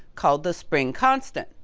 called the spring constant.